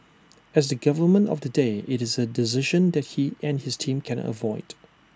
as the government of the day IT is A decision that he and his team cannot avoid